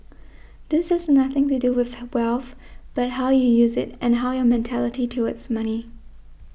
this has nothing to do with wealth but how you use it and how your mentality towards money